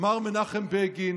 אמר מנחם בגין